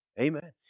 Amen